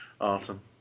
Awesome